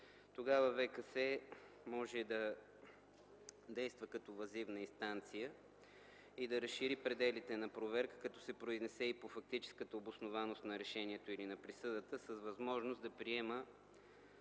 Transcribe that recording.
съд може да действа като въззивна инстанция и да разшири пределите на проверка като се произнесе и по фактическата обоснованост на решението или на присъдата, с възможност да приема